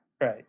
right